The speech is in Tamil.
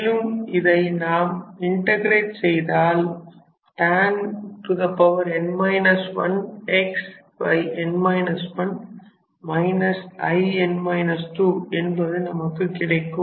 மேலும் இதை நாம் இன்டகிரேட் செய்தால் tan n 1 xn 1 In 2என்பது நமக்கு கிடைக்கும்